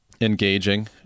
engaging